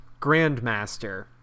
Grandmaster